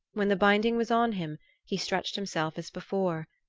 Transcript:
when the binding was on him he stretched himself as before.